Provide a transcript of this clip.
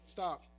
Stop